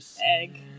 egg